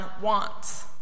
wants